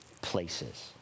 places